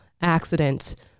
accident